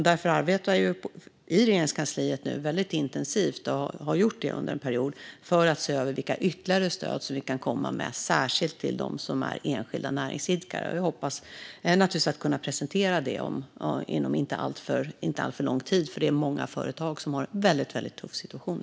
Därför arbetar vi nu väldigt intensivt i Regeringskansliet, och har gjort det under en period, för att ser över vilka ytterligare stöd som vi kan komma med och som särskilt är riktade till dem som är enskilda näringsidkare. Vi hoppas naturligtvis att kunna presentera detta inom inte alltför lång tid, eftersom många företag nu har en väldigt tuff situation.